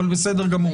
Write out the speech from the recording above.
אבל בסדר גמור.